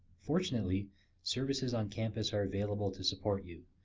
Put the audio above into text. fortunately services on campus are available to support you.